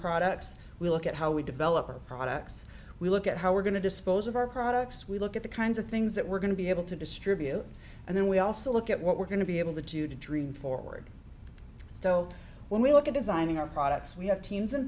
products we look at how we develop our products we look at how we're going to dispose of our products we look at the kinds of things that we're going to be able to distribute and then we also look at what we're going to be able to dream forward so when we look at designing our products we have teams in